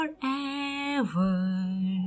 forever